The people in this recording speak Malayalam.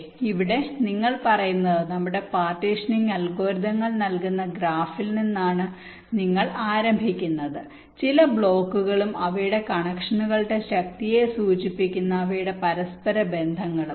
അതിനാൽ ഇവിടെ നിങ്ങൾ പറയുന്നത് നമ്മുടെ പാർട്ടീഷനിംഗ് അൽഗോരിതങ്ങൾ നൽകുന്ന ഗ്രാഫിൽ നിന്നാണ് നമ്മൾ ആരംഭിക്കുന്നത് ചില ബ്ലോക്കുകളും അവയുടെ കണക്ഷനുകളുടെ ശക്തിയെ സൂചിപ്പിക്കുന്ന അവയുടെ പരസ്പരബന്ധങ്ങളും